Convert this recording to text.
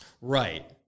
Right